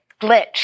glitch